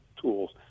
tools